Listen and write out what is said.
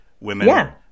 women